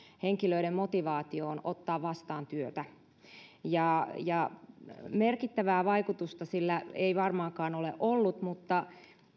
henkilöiden motivaatioon ottaa vastaan työtä merkittävää vaikutusta sillä ei varmaankaan ole ollut mutta